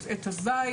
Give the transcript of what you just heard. את עץ הזית,